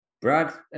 Brad